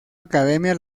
academia